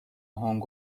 هنگ